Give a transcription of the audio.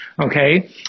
okay